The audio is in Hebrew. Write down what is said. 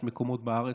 יש מקומות בארץ,